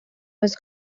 was